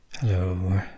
Hello